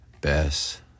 best